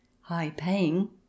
high-paying